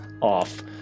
off